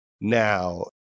now